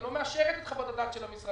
שהיא לא מאשרת את חוות הדעת של המשרדים.